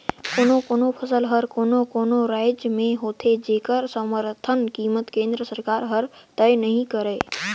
कोनो कोनो फसल हर कोनो कोनो रायज में होथे जेखर समरथन कीमत केंद्र सरकार हर तय नइ करय